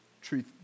truth